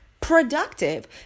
productive